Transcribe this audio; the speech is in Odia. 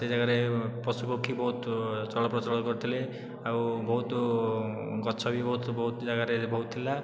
ସେ ଜାଗାରେ ପଶୁପକ୍ଷୀ ବହୁତ ଚଳପ୍ରଚଳ କରୁଥିଲେ ଆଉ ବହୁତ ଗଛ ବି ବହୁତ ବହୁତ ଜାଗାରେ ବହୁତ ଥିଲା